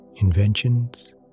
inventions